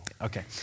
Okay